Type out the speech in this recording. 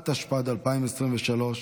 התשפ"ד 2023,